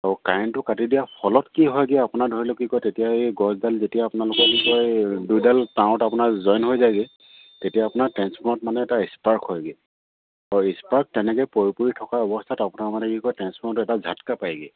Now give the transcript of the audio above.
অ' কাৰেণ্টটো কাটি দিয়াৰ ফলত কি হয়গে আপোনাৰ ধৰি লওক কি কয় তেতিয়া এই গছডাল যেতিয়া আপোনালোকৰ কি কয় দুইডাল তাঁৰত আপোনাৰ জইন হৈ যায়গে তেতিয়া আপোনাৰ ট্ৰেঞ্চফৰ্মত মানে এটা স্পাৰ্ক হয়গে আৰু স্পাৰ্ক তেনেকে পৰি পৰি থকা অৱস্থাত আপোনাৰ মানে কি ক টেঞ্চফৰ্মটো এটা ঝাটকা পায়গে